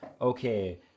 okay